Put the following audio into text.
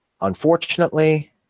unfortunately